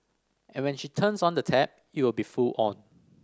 and when she turns on the tap it will be full on